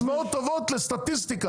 ההשוואות טובות לסטטיסטיקה.